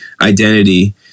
identity